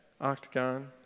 octagon